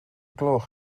gloch